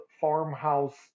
farmhouse